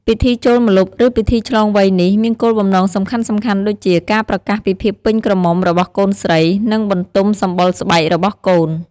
ពិធីចូលម្លប់ ឬ ពិធីឆ្លងវ័យនេះ មានគោលបំណងសំខាន់ៗដូចជា ការប្រកាសពីភាពពេញក្រមុំរបស់កូនស្រី និង បន្ទំសម្បុរស្បែករបស់កូន ។